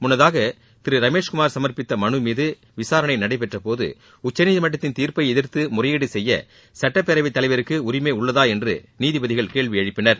முன்னதாக திரு ரமேஷ்குமார் சமர்ப்பித்த மனு மீது விசாரஎண நடைபெற்றபோது உச்சநீதிமன்றத்தின் தீர்ப்பை எதிர்த்து முறையீடு செப்ய சட்டப் பேரவைத் தலைவருக்கு உரிமை உள்ளதா என்று நீதிபதிகள் கேள்வி எழுப்பினர்